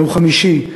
ביום חמישי,